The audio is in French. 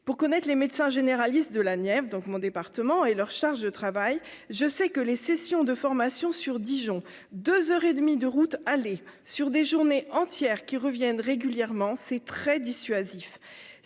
pour connaître les médecins généralistes de la Nièvre, donc mon département et leur charge de travail, je sais que les sessions de formation sur Dijon, 2 heures et demie de route aller sur des journées entières qui reviennent régulièrement c'est très dissuasif